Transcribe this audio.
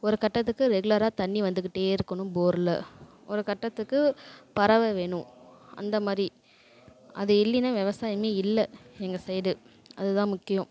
ஒரு கட்டத்துக்கு ரெகுலராக தண்ணி வந்துக்கிட்டே இருக்கணும் போரில் ஒரு கட்டத்துக்கு பறவை வேணும் அந்த மாதிரி அது இல்லைனா விவசாயம் இல்லை எங்கள் சைடு அது தான் முக்கியம்